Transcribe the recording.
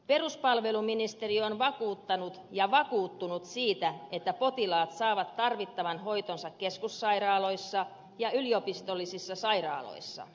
peruspalveluministeri on vakuuttanut ja vakuuttunut siitä että potilaat saavat tarvittavan hoitonsa keskussairaaloissa ja yliopistollisissa sairaaloissa